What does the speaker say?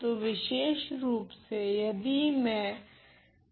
तो विशेषरूप से यदि मैं मेरे चुनती हूँ